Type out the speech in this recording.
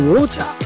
Water